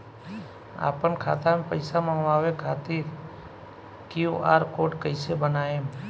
आपन खाता मे पईसा मँगवावे खातिर क्यू.आर कोड कईसे बनाएम?